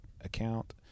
account